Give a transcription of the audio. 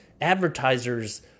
advertisers